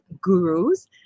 gurus